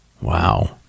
Wow